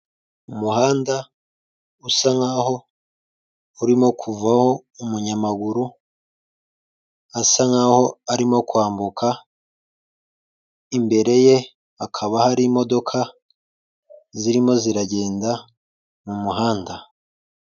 Umuhanda usa nkaho urimo kuvamo umunyamaguru asa nkaho arimo kwambuka imbere ye hakaba hari imodoka zirimo ziragenda mu muhanda.